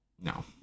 No